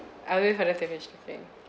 I'll wait for them to finish talking